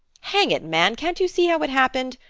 hang it, man, can't you see how it happened?